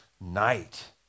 night